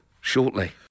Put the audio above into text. shortly